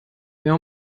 mehr